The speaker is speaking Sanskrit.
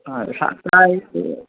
हा शाकायित्